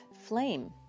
flame